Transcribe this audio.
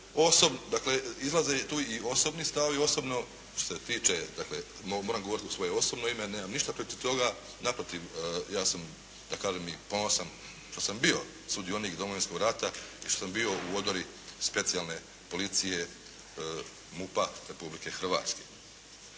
Dakle, izlaze tu i osobni stavovi i osobno što se tiče dakle moram govoriti u svoje osobno ime. Nemam ništa protiv toga. Naprotiv, ja sam da kažem i ponosan što sam bio sudionik Domovinskog rata i što sam bio u odori Specijalne policije MUP-a Republike Hrvatske.